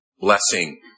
blessing